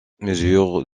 mesure